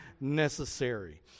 necessary